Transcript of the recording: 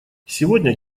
сегодня